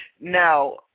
Now